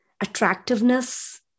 attractiveness